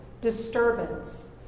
disturbance